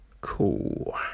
Cool